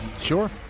Sure